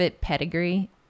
pedigree